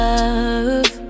Love